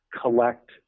collect